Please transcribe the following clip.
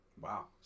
Wow